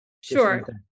Sure